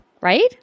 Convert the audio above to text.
right